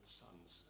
sons